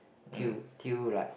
till till like